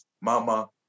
Mama